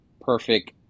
perfect